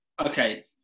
okay